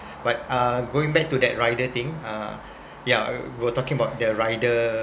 but uh going back to that rider thing uh yeah you were talking about the rider